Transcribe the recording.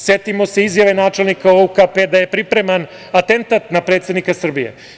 Setimo se izjave načelnika UKP da je pripreman atentat na predsednika Srbije.